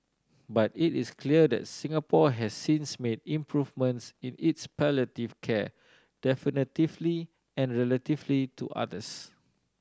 but it is clear that Singapore has since made improvements in its palliative care definitively and relatively to others